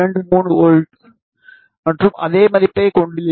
23 volt மற்றும் அதே மதிப்பைக் கொண்டுள்ளீர்கள்